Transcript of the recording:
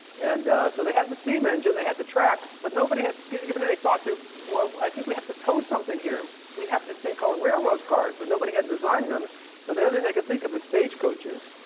and so they had the steam engine. they had the tracks, but nobody had given given any thought to, well, i think we have to tow something here. we have this thing called railroad cars, but nobody had designed them so the only thing they could think of was stage coaches.